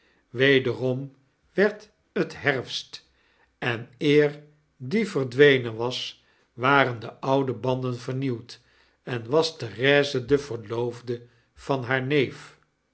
wederom werd het herfst en eer die verdwenen was waren de oude banden vernieuwd en was therese de verloofde van haar neef